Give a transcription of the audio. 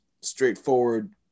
straightforward